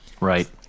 Right